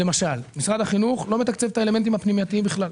משרד החינוך למשל לא מתקצב את האלמנטים הפנימייתיים בכלל,